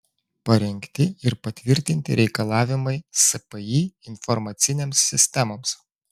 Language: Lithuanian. parengti ir patvirtinti reikalavimai spį informacinėms sistemoms